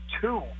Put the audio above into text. two